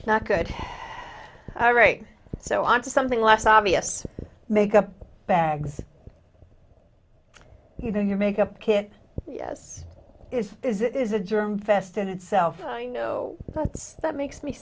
it's not good all right so on to something less obvious make up bags you know your makeup kit yes it is it is a germ vested itself i know but that makes me